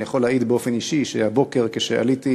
אני יכול להעיד באופן אישי שהבוקר כשעליתי,